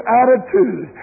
attitude